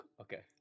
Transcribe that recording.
okay